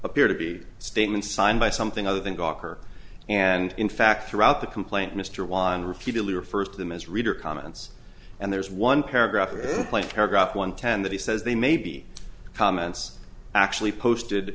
appear to be statements signed by something other than gawker and in fact throughout the complaint mr weiner repeatedly referred to them as reader comments and there's one paragraph in play fair got one ten that he says they may be comments actually posted